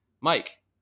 Mike